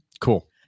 Cool